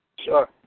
Sure